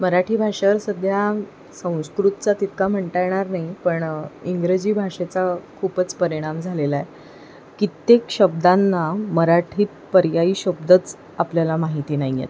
मराठी भाषेवर सध्या संस्कृतचा तितका म्हणता येणार नाही पण इंग्रजी भाषेचा खूपच परिणाम झालेला आहे कित्येक शब्दांना मराठीत पर्यायी शब्दच आपल्याला माहिती नाही आहेत